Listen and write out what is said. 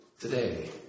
today